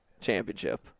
championship